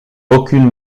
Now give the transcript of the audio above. aucune